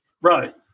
Right